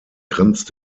grenzt